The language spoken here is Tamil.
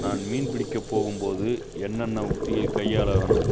நான் மீன் பிடிக்கப் போகும் போது என்னென்ன உத்தியை கையாள வேணும்